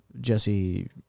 Jesse